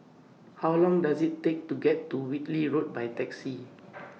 How Long Does IT Take to get to Whitley Road By Taxi